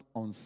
on